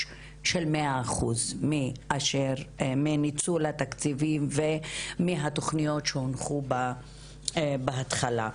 של מאה אחוז מניצול התקציבים ומהתוכניות שהונחו בהתחלה.